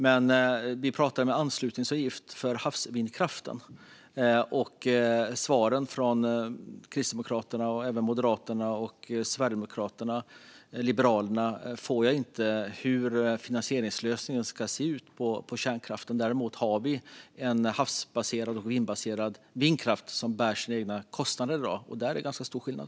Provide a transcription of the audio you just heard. Men vi pratar om ett slopande av en anslutningsavgift för vindkraft till havs. Jag får inte något svar från Kristdemokraterna, Moderaterna, Sverigedemokraterna och Liberalerna om hur finansieringslösningen för kärnkraften ska se ut. Däremot har vi en havsbaserad och landbaserad vindkraft som bär sina egna kostnader i dag. Där är det ganska stor skillnad.